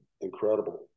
incredible